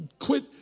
Quit